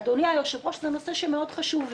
אדוני היושב-ראש, זה נושא שמאוד חשוב לי.